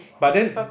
but then